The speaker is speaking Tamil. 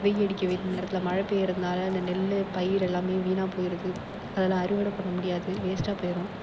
வெய்ல் அடிக்க வேண்டிய நேரத்தில் மழை பேய்யிறதுனால அந்த நெல் பயிறு எல்லாமே வீணாக போயிடுது அதில் அறுவடை பண்ண முடியாது வேஸ்ட்டாக போய்டும்